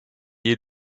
est